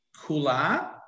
kula